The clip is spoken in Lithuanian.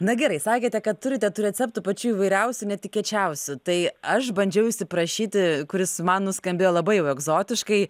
na gerai sakėte kad turite tų receptų pačių įvairiausių netikėčiausių tai aš bandžiau įsiprašyti kuris man nuskambėjo labai jau egzotiškai